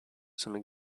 some